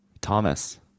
Thomas